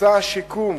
בוצע שיקום